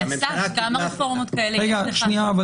אבל, אסף, כמה רפורמות כאלה --- זה מצוין.